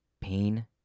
pain